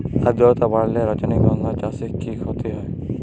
আদ্রর্তা বাড়লে রজনীগন্ধা চাষে কি ক্ষতি হয়?